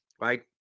Right